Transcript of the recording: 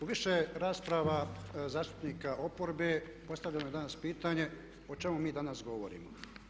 U više rasprava zastupnika oporbe postavljeno je danas pitanje o čemu mi danas govorimo.